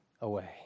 away